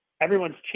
everyone's